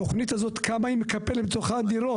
התוכנית הזאת, כמה היא מקפלת בתוכה דירות.